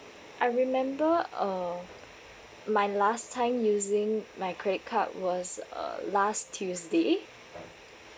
I remember uh my last time using my credit card was uh last tuesday